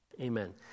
Amen